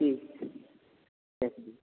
ठीक ठीक चलु